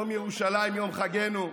יום ירושלים, יום חגנו.